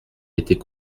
était